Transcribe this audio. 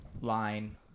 line